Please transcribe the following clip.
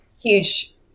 huge